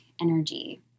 energy